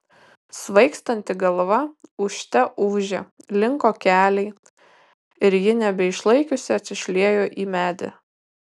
svaigstanti galva ūžte ūžė linko keliai ir ji nebeišlaikiusi atsišliejo į medį